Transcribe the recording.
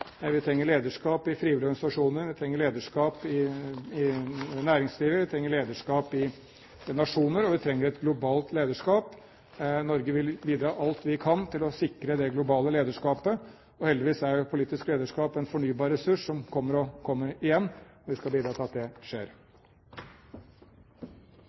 lederskap i frivillige organisasjoner. Vi trenger lederskap i næringslivet. Vi trenger lederskap i nasjoner. Og vi trenger et globalt lederskap. Norge vil bidra alt vi kan til å sikre det globale lederskapet, og heldigvis er politisk lederskap en fornybar ressurs som kommer igjen og igjen, og vi skal bidra til at det skjer.